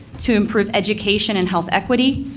to improvement education and health equity,